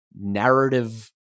narrative